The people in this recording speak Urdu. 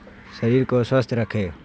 شریر کو سوستھ رکھیں